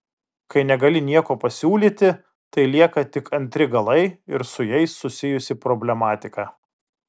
kai negali nieko pasiūlyti tai lieka tik antri galai ir su jais susijusi problematika